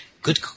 Good